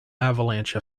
avalanche